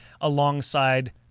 alongside